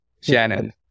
Shannon